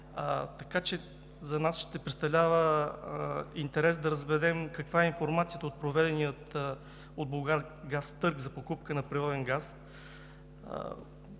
случва. За нас ще представлява интерес да разберем каква е информацията от проведения от „Булгаргаз“ търг за покупка на природен газ.